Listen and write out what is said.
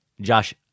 Josh